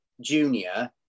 Junior